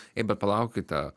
ei bet palaukite